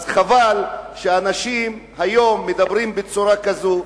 אז חבל שאנשים היום מדברים בצורה כזו.